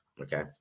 Okay